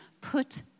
Put